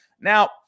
Now